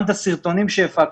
גם הסרטונים שהפקנו,